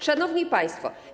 Szanowni Państwo!